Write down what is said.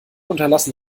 unterlassen